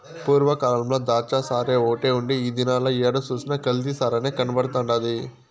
పూర్వ కాలంల ద్రాచ్చసారాఓటే ఉండే ఈ దినాల ఏడ సూసినా కల్తీ సారనే కనబడతండాది